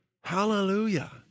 Hallelujah